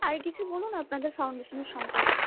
আর কিছু বলুন আপনাদের ফাউন্ডেশন সম্পর্কে